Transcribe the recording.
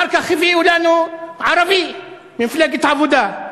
אחר כך הביאו לנו ערבי ממפלגת עבודה.